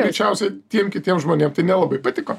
greičiausiai tiem kitiem žmonėm tai nelabai patiko